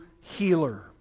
healer